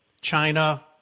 China